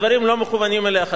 הדברים לא מכוונים אליך.